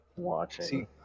watching